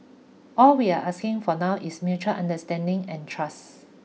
all we're asking for now is mutual understanding and trust